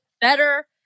better